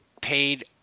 paid